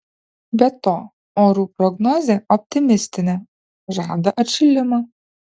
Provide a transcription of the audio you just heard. be to orų prognozė optimistinė žada atšilimą